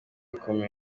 kumi